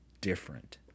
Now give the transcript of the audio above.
different